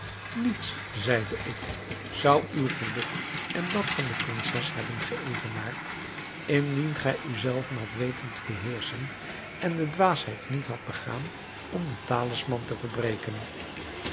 niets zeide ik zou uw geluk en dat van de prinses hebben geëvenaard indien gij u zelven hadt weten te beheerschen en de dwaasheid niet had begaan om den talisman te verbreken